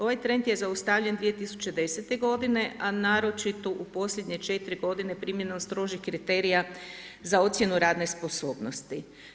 Ovaj trend je zaustavljen 2010. godine, a naročito u posljednje 4 godine primjenom strožih kriterija za ocjenu radne sposobnosti.